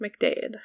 McDade